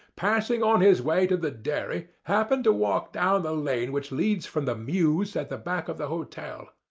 passing on his way to the dairy, happened to walk down the lane which leads from the mews at the back of the hotel.